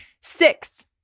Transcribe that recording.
Six